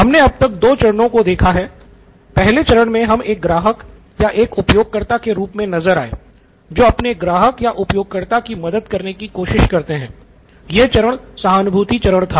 हमने अब तक दो चरणों को देखा है पहले चरण मे हम एक ग्राहक या एक उपयोगकर्ता के रूप मे नज़र आए जो अपने ग्राहक या उपयोगकर्ता की मदद करने की कोशिश करते है यह चरण सहानुभूति चरण था